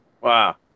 Wow